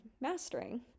mastering